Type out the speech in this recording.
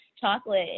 chocolate